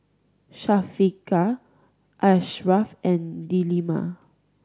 Syafiqah Ashraff and Delima